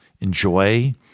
enjoy